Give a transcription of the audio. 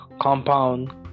compound